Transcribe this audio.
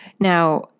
Now